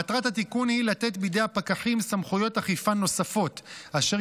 מטרת התיקון היא לתת בידי הפקחים סמכויות אכיפה נוספות אשר